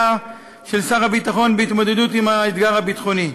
ושל שר הביטחון בהתמודדות עם האתגר הביטחוני.